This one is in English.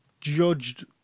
judged